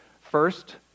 First